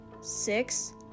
Six